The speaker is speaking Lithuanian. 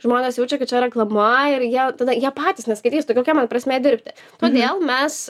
žmonės jaučia kad čia reklama ir jie tada jie patys neskaitys tai kokia man prasmė dirbti todėl mes